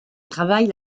travaille